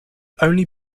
only